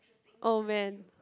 oh man